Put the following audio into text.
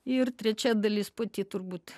ir trečia dalis pati turbūt